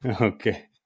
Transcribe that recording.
Okay